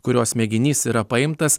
kurios mėginys yra paimtas